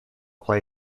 play